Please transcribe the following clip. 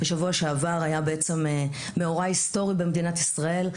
בשבוע שעבר היה בעצם מאורע היסטורי במדינת ישראל.